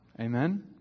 Amen